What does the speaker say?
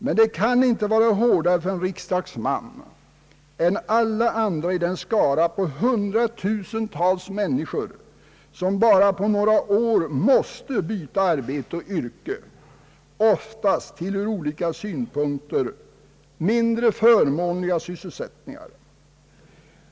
Men det kan inte vara hårdare för en riksdagsman än för alla andra i den skara på hundratusentals människor, som bara under loppet av några år tvingas byta arbete och yrke och oftast får ur olika synpunkter mindre förmånliga sysselsättningar.